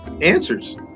answers